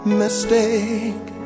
mistake